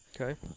Okay